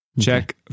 Check